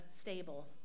stable